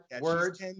words